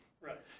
Right